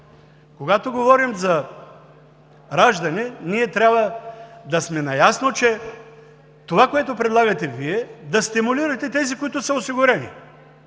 Когато говорим за раждане, трябва да сме наясно, че това, което предлагате Вие, е да стимулирате тези, които са осигурени